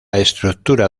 estructura